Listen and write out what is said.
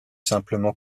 simplement